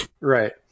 Right